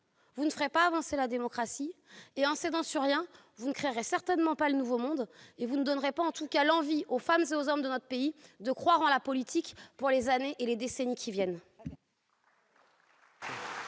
vous ne ferez pas avancer la démocratie. En ne cédant sur rien, vous ne créerez certainement pas le « nouveau monde ». Vous ne donnerez pas, en tout cas, l'envie aux femmes et aux hommes de notre pays de croire en la politique pour les années et les décennies qui viennent.